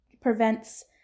prevents